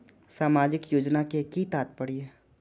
सामाजिक योजना के कि तात्पर्य?